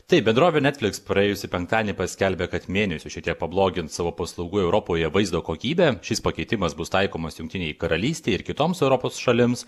taip bendrovė netflix praėjusį penktadienį paskelbė kad mėnesiu šiek tiek pablogins savo paslaugų europoje vaizdo kokybę šis pakeitimas bus taikomas jungtinei karalystei ir kitoms europos šalims